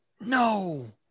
No